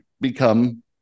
become